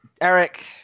Eric